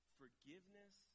forgiveness